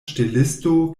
ŝtelisto